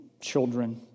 children